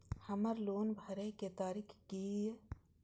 हमर लोन भरए के तारीख की ये?